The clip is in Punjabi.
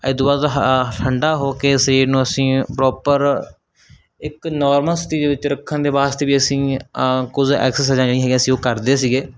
ਇਸ ਤੋਂ ਬਾਅਦ ਠੰਢਾ ਹੋ ਕੇ ਸਰੀਰ ਨੂੰ ਅਸੀਂ ਪ੍ਰੋਪਰ ਇੱਕ ਨੋਰਮਸ ਸਥਿਤੀ ਦੇ ਵਿੱਚ ਰੱਖਣ ਦੇ ਵਾਸਤੇ ਵੀ ਅਸੀਂ ਕੁਝ ਐਕਸਰਸਾਈਜ਼ ਜਿਹੜੀਆਂ ਹੈਗੀਆਂ ਅਸੀਂ ਉਹ ਕਰਦੇ ਸੀਗੇ